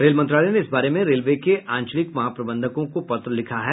rail मंत्रालय ने इस बारे में रेलवे के आंचलिक महाप्रबंधकों को पत्र लिखा है